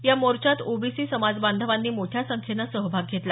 या मोर्चात ओबीसी समाजबांधवांनी मोठ्या संख्येनं सहभाग घेतला